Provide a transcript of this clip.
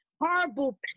horrible